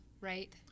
right